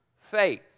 faith